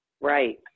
Right